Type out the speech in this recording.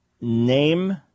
Name